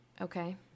Okay